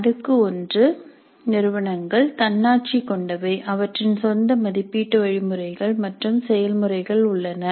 அடுக்கு 1 நிறுவனங்கள் தன்னாட்சி கொண்டவை அவற்றின் சொந்த மதிப்பீட்டு வழிமுறைகள் மற்றும் செயல்முறைகள் உள்ளன